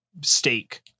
steak